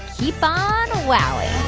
keep on wowing